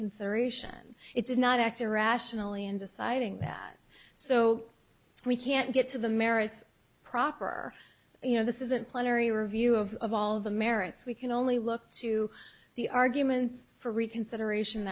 consideration it did not act irrationally in deciding that so we can't get to the merits proper you know this isn't plenary review of of all of the merits we can only look to the arguments for reconsideration